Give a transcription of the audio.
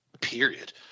Period